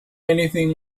anything